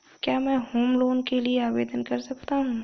क्या मैं home loan के लिए आवेदन कर सकता हूं?